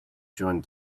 joined